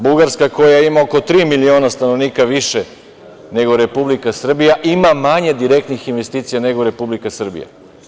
Bugarska, koja ima oko tri miliona stanovnika više nego Republika Srbija, ima manje direktnih investicija nego Republika Srbija.